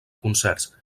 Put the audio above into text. concerts